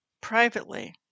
privately